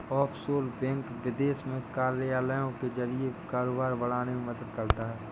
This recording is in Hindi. ऑफशोर बैंक विदेश में कार्यालयों के जरिए कारोबार बढ़ाने में मदद करता है